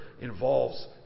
involves